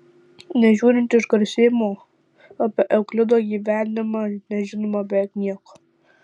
nežiūrint išgarsėjimo apie euklido gyvenimą nežinoma beveik nieko